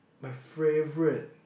my favorite